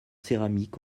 céramiques